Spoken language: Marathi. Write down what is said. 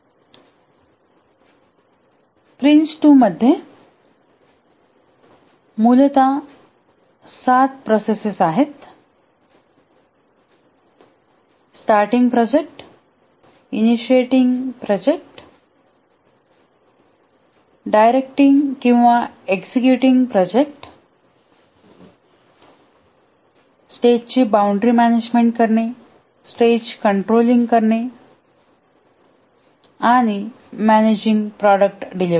PRINCE2 मध्ये मूलत सात प्रोसेस आहेत स्टार्टींग प्रोजेक्ट इनिशिटिंग प्रोजेक्टडायरेक्टिंग किंवा एक्झिक्युटींग प्रोजेक्ट स्टेजची बॉउंडरी मॅनेजमेंट करणे स्टेज कंन्ट्रोलिंग करणे आणि मॅनेजिंग प्रॉडक्ट डिलिव्हरी